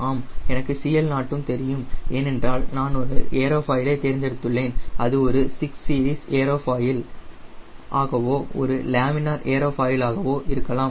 ஆம் எனக்கு CL0 தெரியும் ஏனென்றால் நான் ஒரு ஏரோஃபாயில் ஐ தேர்ந்தெடுத்துள்ளேன் அது ஒரு 6 சீரிஸ் ஏரோஃபாயில் ஆகவோ ஒரு லேமினார் ஏரோஃபாயில் ஆகவோ இருக்கலாம்